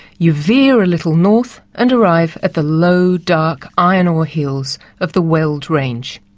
you veer a little north and arrive at the low dark iron ore hills of the weld range.